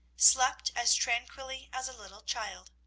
slept as tranquilly as a little child.